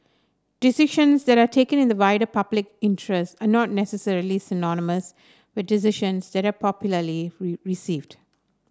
decisions that are taken in the wider public interest are not necessarily synonymous with decisions that are popularly received